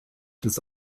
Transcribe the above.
des